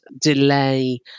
delay